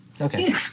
Okay